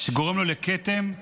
שגורמת לו כתם,